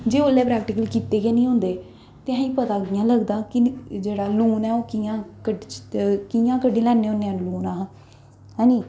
जे ओह्लै प्रैक्टीकल कीते गै निं होंदे ते असें गी पता कि'यां लगदा कि जेह्ड़ा लून ऐ ओह् कि'या कड्ढी कि'यां कड्ढी लैंदे होन्ने आं लून अस ऐनी